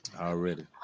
Already